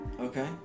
Okay